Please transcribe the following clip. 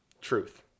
Truth